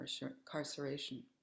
incarceration